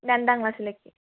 രണ്ടാം ക്ലാസ്സിലേക്ക്